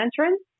entrance